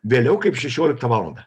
vėliau kaip šešioliktą valandą